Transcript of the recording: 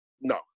no